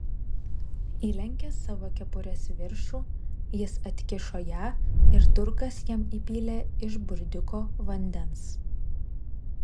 įlenkęs savo kepurės viršų jis atkišo ją ir turkas jam įpylė iš burdiuko vandens